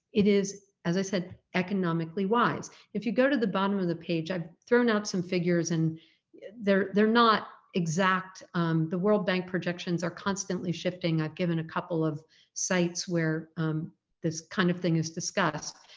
it is as i said economically wise. if you go to the bottom of the page i've thrown out some figures and yeah they're they're not exact the world bank projections are constantly shifting, i've given a couple of sites where this kind of thing is discussed.